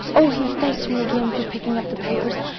oh, he thanked me again for picking up the papers,